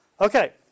Okay